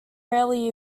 rarely